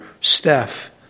Steph